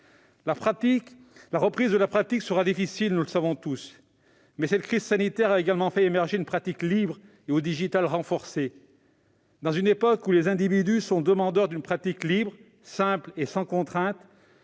La reprise de la pratique sera difficile, nous le savons tous, mais cette crise sanitaire a également fait émerger une pratique libre ou digitale renforcée. À une époque où les individus sont demandeurs d'une pratique plus simple et sans contrainte,